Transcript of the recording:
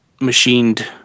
machined